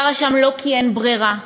גרה שם לא כי אין ברירה,